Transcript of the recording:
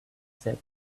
said